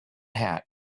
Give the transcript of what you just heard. hat